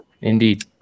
Indeed